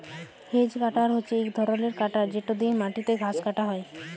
hedge cutter হছে ইক ধরলের কাটার যেট দিঁয়ে মাটিতে ঘাঁস কাটা হ্যয়